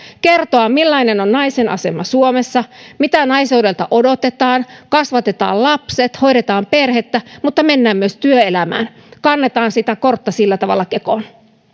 kertoa millainen on naisen asema suomessa mitä naiseudelta odotetaan kasvatetaan lapset hoidetaan perhettä mutta mennään myös työelämään kannetaan sitä kortta sillä tavalla kekoon